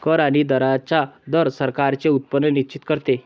कर आणि दरांचा दर सरकारांचे उत्पन्न निश्चित करतो